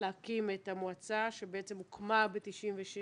להקים את המועצה שבעצם הוקמה ב-1996,